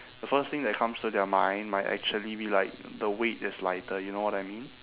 the first thing that comes to their mind might actually be like the weight is lighter you know what I mean